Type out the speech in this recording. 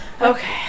okay